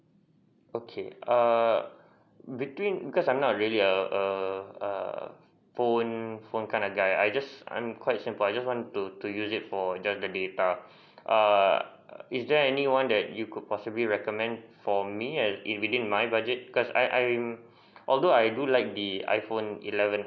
okay err between because I'm not really a a a phone phone kind of guys I just I'm quite simple I just want to to use it for just the data err is there anyone that you could possibly recommend for me if within my budget because I I I'm although I like the iphone eleven